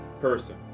person